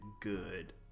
good